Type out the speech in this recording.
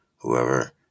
whoever